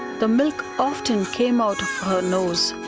the milk often came out her nose.